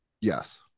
yes